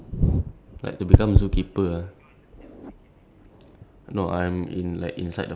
no as in for like now part time I I like I feel like like changing department